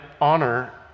honor